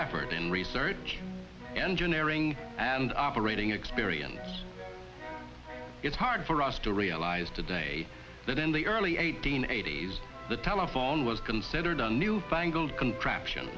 effort in research engineering and operating experience it's hard for us to realize today that in the early eighteen eighties the telephone was considered a newfangled contraption